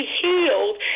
healed